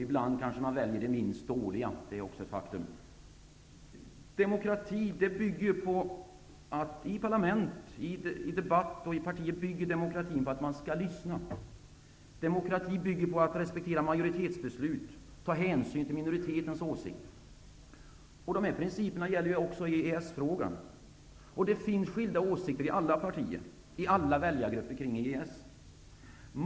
Ibland kanske man väljer det minst dåliga. Det är också ett faktum. Demokrati bygger på att man skall lyssna i parlament, debatt och parti. Demokrati bygger på att respektera majoritetsbeslut och ta hänsyn till minoritetens åsikt. Dessa principer gäller också i EES-frågan. Det finns skilda åsikter kring EES i alla partier och i alla väljargrupper.